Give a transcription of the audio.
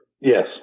Yes